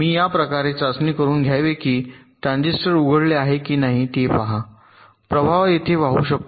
मी हे या प्रकारे चाचणी करून घ्यावे की हे ट्रान्झिस्टर उघडलेले आहे की नाही ते पहा प्रवाह येथे वाहू शकतो